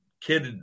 kid